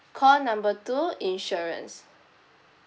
call number two insurance